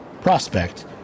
prospect